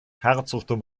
herzogtum